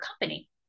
company